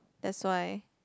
that's why